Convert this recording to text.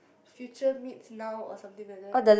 future meets now or something like that